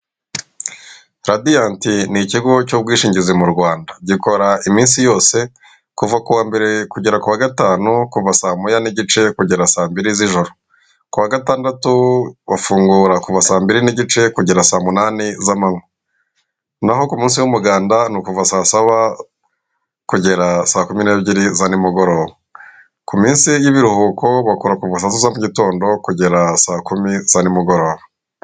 Radiyanti ni ikigo cy'ubwishingizi mu Rwanda gikora iminsi yose kuva kuwa mbere kugera ku wa gatanu, kuva saa moya n'igice kugera saa mbili z'ijoro, kuwa gatandatu bafungura kuva saa mbiri n'igice kugera saa munani z'amanywa, naho ku munsi w'umuganda ni ukuva saa saba kugera saa kumi n'ebyiri za nimugoroba, ku minsi y'ibiruhuko bakora kuva saa tatu za mu gitondo kugera saa kumi za nimugoroba.